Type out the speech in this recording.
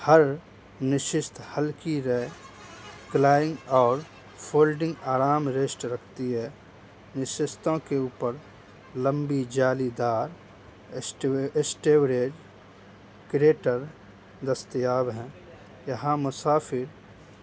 ہر نشست ہلکی رے کلائی اور فولڈنگ آرام ریسٹ رکھتی ہے نشستوں کے اوپر لمبی جال دار اسٹوریج کریٹر دستیاب ہیں یہاں مسافر